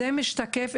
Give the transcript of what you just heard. זה משתקף,